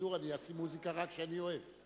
השידור אני אשים מוזיקה רק שאני אוהב.